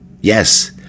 Yes